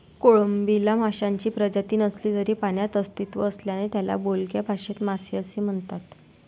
कोळंबीला माशांची प्रजाती नसली तरी पाण्यात अस्तित्व असल्याने त्याला बोलक्या भाषेत मासे असे म्हणतात